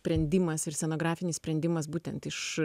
sprendimas ir scenografinis sprendimas būtent iš